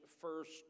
first